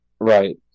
Right